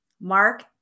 Mark